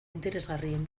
interesgarrien